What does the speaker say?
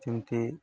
କେମିତି